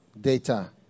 data